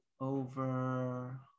over